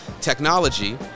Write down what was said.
technology